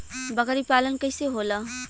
बकरी पालन कैसे होला?